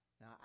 now